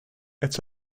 it’s